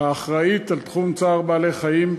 האחראית לתחום צער בעלי-חיים,